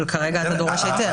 אבל כרגע אתה כן דורש היתר.